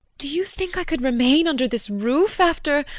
do you think i could remain under this roof after